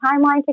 timeline